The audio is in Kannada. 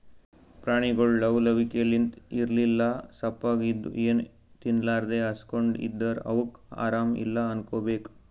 ಪ್ರಾಣಿಗೊಳ್ ಲವ್ ಲವಿಕೆಲಿಂತ್ ಇರ್ಲಿಲ್ಲ ಸಪ್ಪಗ್ ಇದ್ದು ಏನೂ ತಿನ್ಲಾರದೇ ಹಸ್ಕೊಂಡ್ ಇದ್ದರ್ ಅವಕ್ಕ್ ಆರಾಮ್ ಇಲ್ಲಾ ಅನ್ಕೋಬೇಕ್